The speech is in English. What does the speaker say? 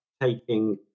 taking